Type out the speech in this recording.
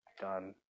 done